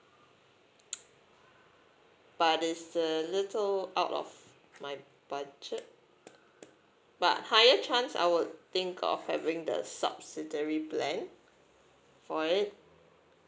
but is a little out of my budget but higher chance I would think of having the subsidiary plan for it